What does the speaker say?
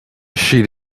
she